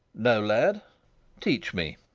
no, lad teach me.